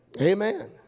Amen